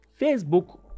Facebook